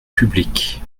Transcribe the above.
public